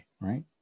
right